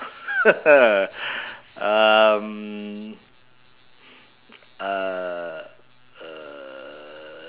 um uh